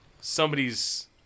somebody's